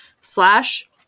slash